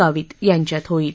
गावित यांच्यात होईल